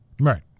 Right